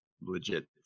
legit